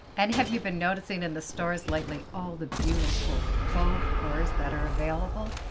and have you been noticing in the stores lately all the beautiful faux furs that are available?